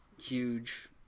huge